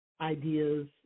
Ideas